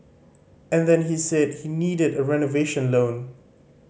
and then he said he needed a renovation loan